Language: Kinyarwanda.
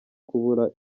kubura